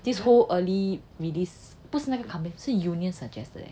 this whole early release 不是那个 company 是 union suggested 的 leh